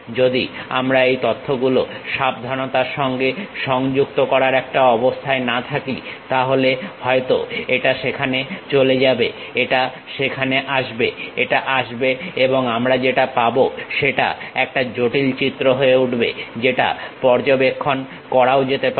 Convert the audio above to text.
যদি আমরা এই তথ্যগুলো সাবধানতার সঙ্গে সংযুক্ত করার একটা অবস্থায় না থাকি তাহলে হয়তো এটা সেখানে চলে যাবে এটা সেখানে আসবে এটা আসবে এবং আমরা যেটা পাবো সেটা একটা জটিল চিত্র হয়ে উঠবে যেটা পর্যবেক্ষণ করাও যেতে পারে